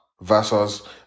versus